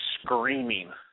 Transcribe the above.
screaming